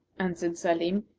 answered salim,